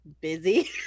busy